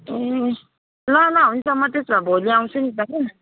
ए ल ल हुन्छ म त्यसो भए भोलि आउँछु नि त कि